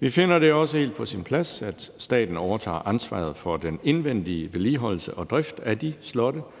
Vi finder det også helt på sin plads, at staten overtager ansvaret for den indvendige vedligeholdelse og drift af de slotte og